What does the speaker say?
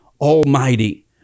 almighty